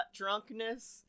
drunkness